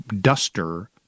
duster